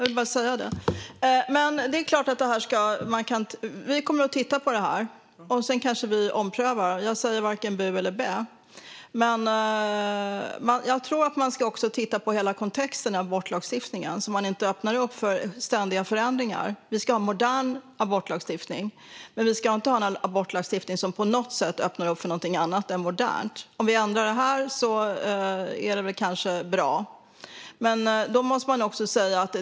Vi kommer såklart att titta på det här. Sedan kanske vi omprövar. Jag säger varken bu eller bä. Jag tror att man också ska titta på kontexten kring abortlagstiftningen, så att man inte öppnar upp för ständiga förändringar. Vi ska ha en modern abortlagstiftning, men vi ska inte ha en abortlagstiftning som på något sätt öppnar upp för något annat än modernt. Om vi ändrar det här är det kanske bra.